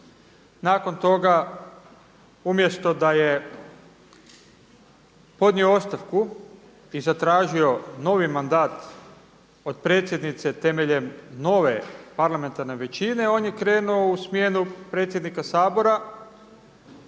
nakon toga umjesto da je podnio ostavku i zatražio novi mandat od predsjednice temeljem nove parlamentarne većine, on je krenuo u smjenu predsjednika Sabora